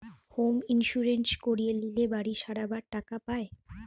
home insurance করিয়ে লিলে বাড়ি সারাবার টাকা পায়